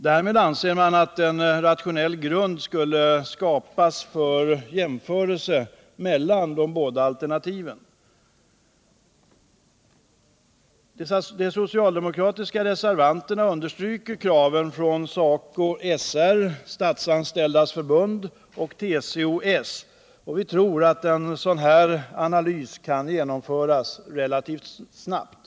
Därmed anser man att en rationell grund skulle skapas för jämförelse mellan de båda alternativen. De socialdemokratiska reservanterna understryker kraven från SACO/SR, SF och TCO-S, och vi tror att en sådan här analys kan genomföras relativt snabbt.